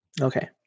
Okay